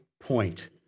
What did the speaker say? point